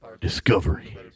discovery